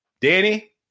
Danny